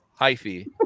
hyphy